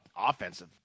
offensive